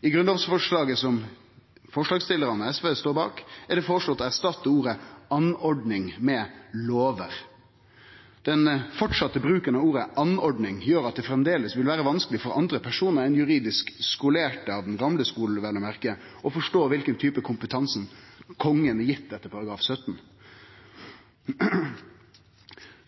I grunnlovsforslaget som bl.a. representantar frå SV står bak, er det føreslått å erstatte ordet «anordninger» med «lover». Å skulle halde fram med å bruke ordet «anordning» gjer at det framleis vil vere vanskeleg for andre personar enn juridisk skolerte – av den gamle skulen, vel å merke – å forstå kva slags type kompetanse Kongen er gitt etter § 17.